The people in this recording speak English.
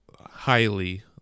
highly